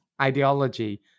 ideology